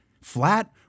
flat